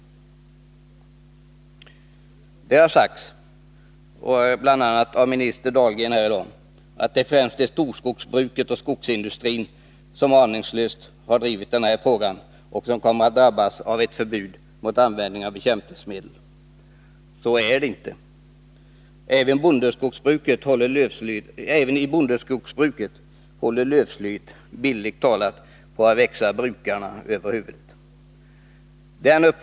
Det har sagts — bl.a. av jordbruksminister Dahlgren här i dag — att det. Nr 49 främst är storskogsbruket och skogsindustrin som aningslöst drivit den här Torsdagen den frågan och som drabbas av ett förbud mot användning av bekämpningsme 10 december 1981 del. Så är det inte. Även inom bondeskogsbruket håller lövslyet bildligt talat på att växa brukarna över huvudet.